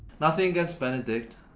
nothing against benedict.